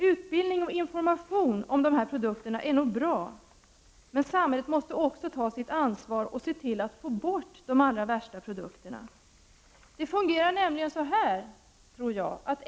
Utbildning och information om dessa produkter är nog bra, men samhället måste också ta sitt ansvar och se till att de allra värsta produkterna tas bort. Jag tror nämligen att det fungerar på följande sätt.